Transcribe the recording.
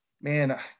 man